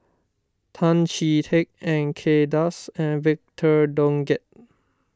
Tan Chee Teck Kay Das and Victor Doggett